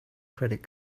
credit